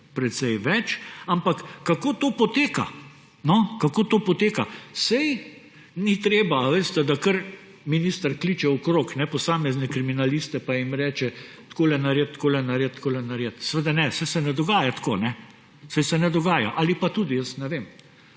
poteka, no, kako to poteka? Saj ni treba, da kar minister kliče okrog posamezne kriminaliste pa jim reče − takole naredi, takole naredi, takole naredi. Seveda ne, saj se ne dogaja tako. Se ne dogaja. Ali pa tudi, jaz ne vem.